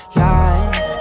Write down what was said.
life